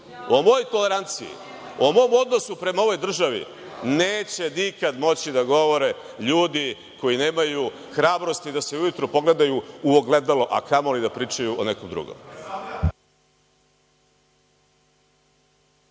o mojoj toleranicji, o mom odnosu prema ovoj državi, neće nikad moći da govore ljudi koji nemaju hrabrosti da se ujutru pogledaju u ogledalo, a kamoli da pričaju o nekom